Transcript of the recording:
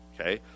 Okay